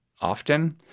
often